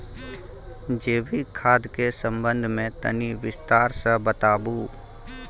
जैविक खाद के संबंध मे तनि विस्तार स बताबू?